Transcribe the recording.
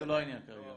זה לא העניין כרגע.